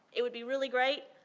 it would be really great,